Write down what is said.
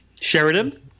Sheridan